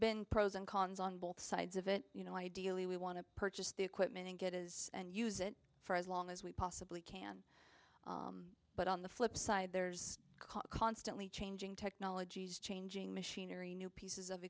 been pros and cons on both sides of it you know ideally we want to purchase the equipment and get as and use it for as long as we possibly can but on the flip side there's constantly changing technologies changing machinery new pieces of